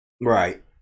Right